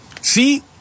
See